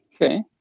Okay